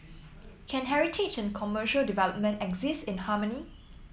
can heritage and commercial development exist in harmony